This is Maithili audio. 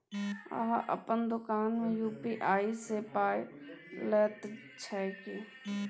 अहाँ अपन दोकान मे यू.पी.आई सँ पाय लैत छी की?